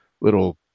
little